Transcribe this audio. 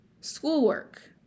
schoolwork